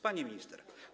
Pani Minister!